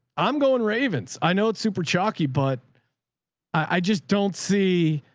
i'm going ravens. i know it's super chalky, but i just don't see,